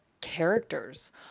characters